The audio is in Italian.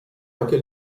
anche